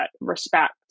respect